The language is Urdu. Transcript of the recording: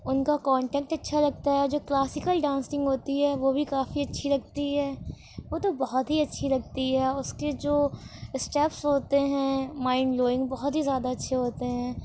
ان کا کونٹینٹ اچھا لگتا ہے جو کلاسکل ڈانسنگ ہوتی ہے وہ بھی کافی اچھی لگتی ہے وہ تو بہت ہی اچھی لگتی ہے اس کے جو اسٹیپس ہوتے ہیں مائنڈ بلوئنگ بہت ہی زیادہ اچھے ہوتے ہیں